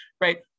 right